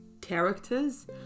Characters